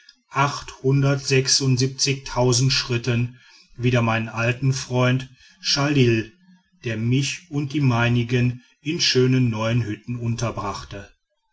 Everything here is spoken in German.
schritten wieder meinen alten freund chalil der mich und die meinigen in schönen neuen hütten